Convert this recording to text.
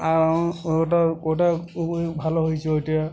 আর ওটা ওইটা ভালো হয়েছে ওইটা